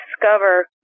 discover